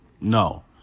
No